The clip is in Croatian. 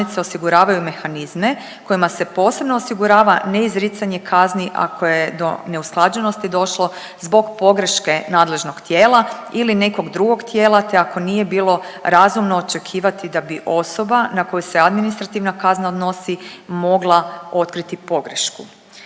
osiguravaju mehanizme kojima se posebno osigurava neizricanje kazni ako je do neusklađenosti došlo zbog pogreške nadležnog tijela ili nekog drugog tijela te ako nije bilo razumno očekivati da bi osoba na koju se administrativna kazna odnosi mogla otkriti pogrešku.